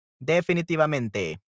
definitivamente